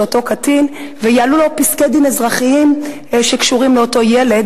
אותו קטין ויעלו לו פסקי-דין אזרחיים שקשורים לאותו ילד,